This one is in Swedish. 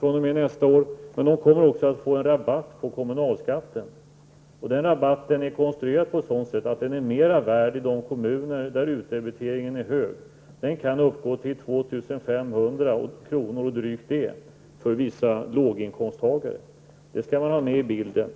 fr.o.m. nästa år, och de kommer också att få en rabatt på kommunalskatten. Den rabatten är konstruerad på ett sådant sätt att den är mer värd i de kommuner där utdebiteringen är hög. Den kan uppgå till drygt 2 500 kr. för vissa låginkomsttagare. Detta skall också vara med i bilden.